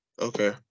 Okay